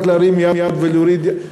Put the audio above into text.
רק להרים יד ולהוריד יד.